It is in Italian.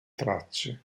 tracce